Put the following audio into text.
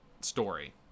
story